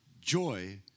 joy